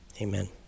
Amen